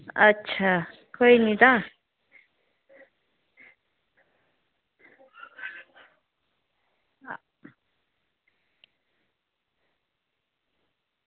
अच्छा कोई नी तां